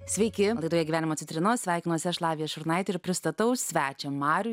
sveiki laidoje gyvenimo citrinos sveikinosi aš lavija šurnaitė ir pristatau svečią marių